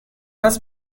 اسب